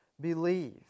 believe